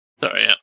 Sorry